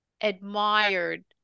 admired